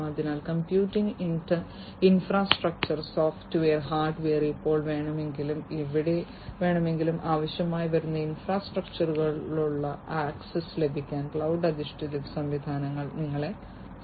അതിനാൽ computing infrastructure software hardware എപ്പോൾ വേണമെങ്കിലും എവിടെ വേണമെങ്കിലും ആവശ്യമായി വരുന്ന ഇൻഫ്രാസ്ട്രക്ചറുകളിലേക്കുള്ള ആക്സസ് ലഭിക്കാൻ ക്ലൌഡ് അധിഷ്ഠിത സംവിധാനങ്ങൾ നിങ്ങളെ സഹായിക്കും